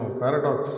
paradox